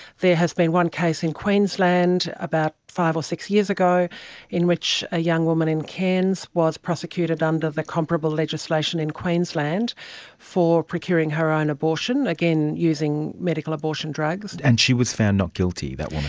there has been one case in queensland about five or six years ago in which a young woman in cairns was prosecuted under the comparable legislation in queensland for procuring her own abortion, again using medical abortion drugs. and she was found not guilty, that woman?